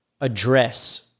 address